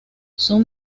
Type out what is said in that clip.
son